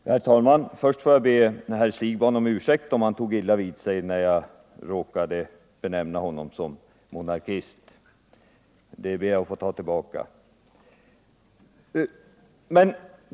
Herr talman! Först får jag be herr Siegbahn om ursäkt, om han tog illa vid sig när jag råkade kalla honom monarkist. Det ber jag att få ta tillbaka.